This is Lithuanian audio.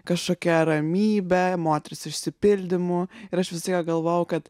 kažkokia ramybe moters išsipildymu ir aš visada galvojau kad